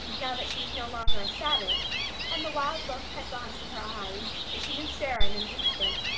now that she was no longer a savage and the wild look had gone from her eyes. and she knew sara in an instant,